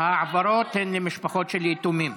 ההעברות הן למשפחות של יתומים.